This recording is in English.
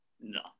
No